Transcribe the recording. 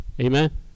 Amen